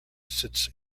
sits